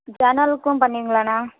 ஜன்னல்கும் பண்ணுவீங்களாண்ணா